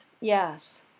Yes